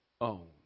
own